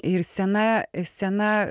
ir scena scena